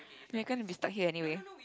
we're gonna be stuck here anyway